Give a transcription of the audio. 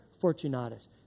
Fortunatus